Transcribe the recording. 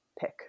pick